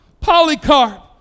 Polycarp